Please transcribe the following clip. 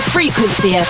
Frequency